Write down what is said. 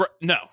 No